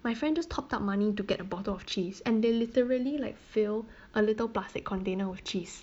my friend just topped up money to get a bottle of cheese and they literally like fill a little plastic container with cheese